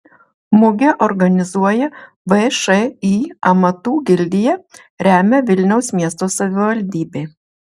mugę organizuoja všį amatų gildija remia vilniaus miesto savivaldybė